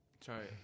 Sorry